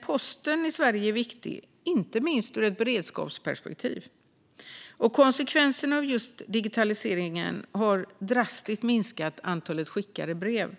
Posten i Sverige är viktig, inte minst ur ett beredskapsperspektiv, och konsekvenserna av just digitaliseringen har drastiskt minskat antalet skickade brev.